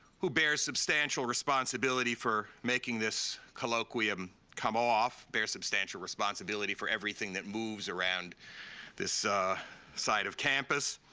who bears substantial responsibility for making this colloquium come off, bear substantial responsibility for everything that moves around this side of campus,